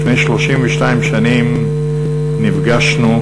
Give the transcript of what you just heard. לפני 32 שנים נפגשנו,